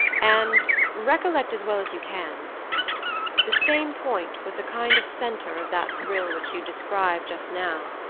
and recollect as well as you can the same point was a kind of center of that thrill which you described just now,